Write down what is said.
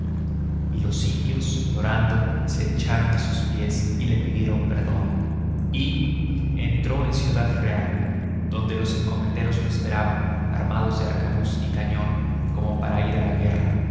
los indios llorando se echaron a sus pies y le pidieron perdón y entró en ciudad real donde los encomenderos lo esperaban armados de arcabuz y cañón como para ir a la guerra